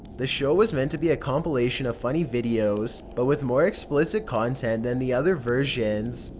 the show was meant to be a compilation of funny videos, but with more explicit content than the other versions.